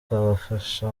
bwafasha